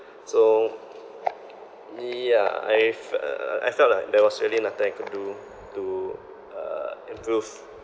so yeah I've uh uh I felt like there was really nothing I could do to uh improve